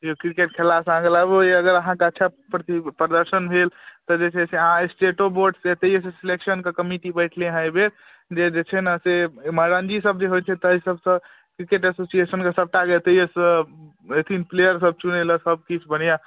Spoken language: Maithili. यौ क्रिकेट खेललासँ अहाँकेँ लाभो यऽ अगर अहाँकऽ अच्छा प्रति प्रदर्शन भेल तऽ जे छै से अहाँ स्टेटो बोर्ड से एतसँ सेलेक्शन कऽ कमिटी बैठलै हँ एहि बेर जे देखिऔ ने से रण्जी सब जे होइत छै तऽ ई सबसँ क्रिकेट एसोसिएशन कऽ सबटाके एतऽसँ एथिन प्लेयर सब चुनैलऽ सब चीज बढ़िआँ